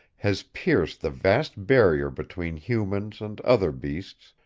has pierced the vast barrier between humans and other beasts,